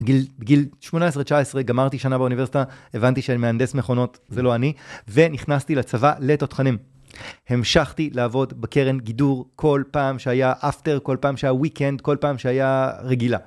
גיל, גיל 18-19, גמרתי שנה באוניברסיטה, הבנתי שאני מהנדס מכונות, זה לא אני, ונכנסתי לצבא לתותחנים. המשכתי לעבוד בקרן גידור כל פעם שהיה אפטר, כל פעם שהיה weekend, כל פעם שהיה רגילה.